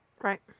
Right